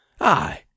Aye